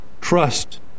trust